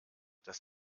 das